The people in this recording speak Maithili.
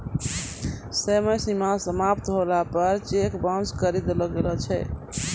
समय सीमा समाप्त होला पर चेक बाउंस करी देलो गेलो छै